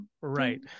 Right